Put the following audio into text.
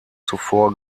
zuvor